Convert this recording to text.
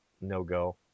no-go